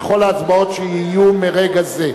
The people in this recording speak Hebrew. בכל ההצבעות שיהיו מרגע זה.